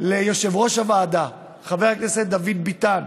וליושב-ראש הוועדה, חבר הכנסת דוד ביטן,